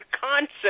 concept